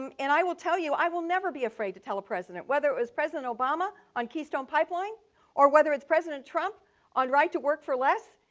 um and i will tell you, i will never be afraid to tell a president, whether i was president obama on keystone pipeline or whether it's president trump on right-to-work for less,